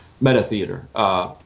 meta-theater